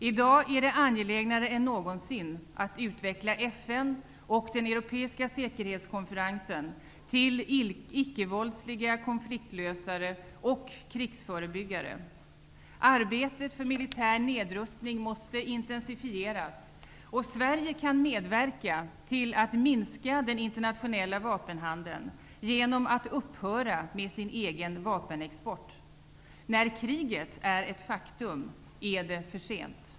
I dag är det angelägnare än någonsin att utveckla FN och den europeiska säkerhetskonferensen till ickevåldsliga konfliktlösare och krigsförebyggare. Arbetet för militär nedrustning måste intensifieras, och Sverige kan medverka till att minska den internationella vapenhandeln genom att upphöra med sin egen vapenexport. När kriget är ett faktum är det för sent.